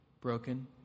broken